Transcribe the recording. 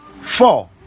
four